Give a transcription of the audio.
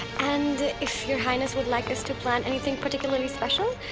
and if your highness would like us to plan anything particularly special.